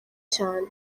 cyane